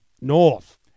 North